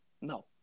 No